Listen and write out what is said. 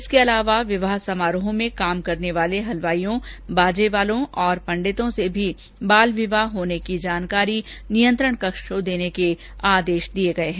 इसके अलावा विवाह समारोहों में काम करने वाले हलवाइयों बाजे वालों और पंडितों से भी बाल विवाह होने की जानकारी नियंत्रण कक्ष को देने के आदेष दिये गये है